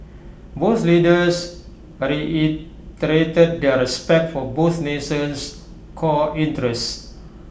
both leaders reiterated their respect for both nation's core interests